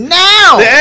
now